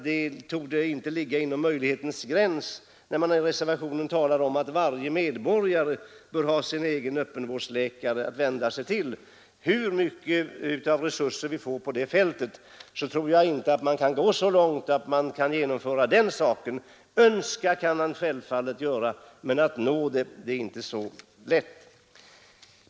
Det torde inte ligga inom möjligheternas gräns. Hur mycket resurser vi än får på det området, tror jag inte man kan genomföra det. Önska kan man självfallet göra, men uppnå ett sådant mål är inte så lätt.